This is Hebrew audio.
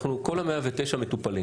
כל ה-109 מטופלים.